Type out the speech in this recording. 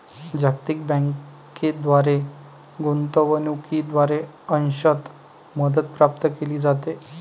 जागतिक बँकेद्वारे गुंतवणूकीद्वारे अंशतः मदत प्राप्त केली जाते